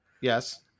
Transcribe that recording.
Yes